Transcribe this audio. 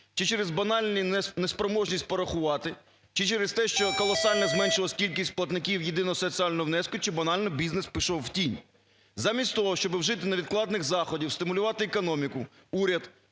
Чи через банальну неспроможність порахувати, чи через те, що колосально зменшилась кількість платників єдиного соціального внеску, чи банально бізнес пішов в тінь. Замість того, щоб вжити невідкладних заходів, стимулювати економіку, уряд